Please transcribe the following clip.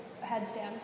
headstands